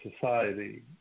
society